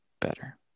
better